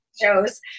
shows